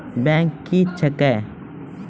Bank क्या हैं?